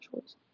choice